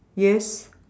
yes